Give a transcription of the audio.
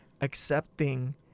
accepting